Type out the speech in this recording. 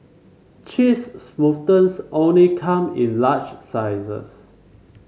cheese smoothies only come in large sizes